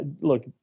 look